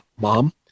mom